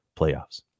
playoffs